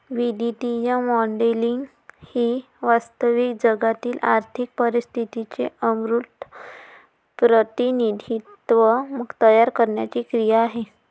वित्तीय मॉडेलिंग ही वास्तविक जगातील आर्थिक परिस्थितीचे अमूर्त प्रतिनिधित्व तयार करण्याची क्रिया आहे